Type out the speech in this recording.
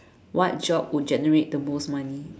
what job would generate the most money